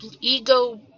ego